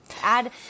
Add